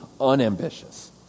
unambitious